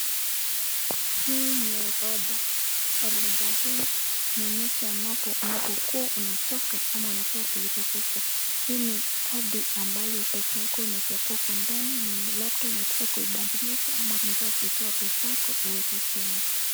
Hii ni orodha, orodha hii inaonyesha unapo kua unataka kutoka au kuingia unalipa pesa, hii ni kadi ambayo pesa yako inaweza kuwa huko ndani na labda unataka kuibadilisha ama unataka kuitoa pesa yako uweke simu.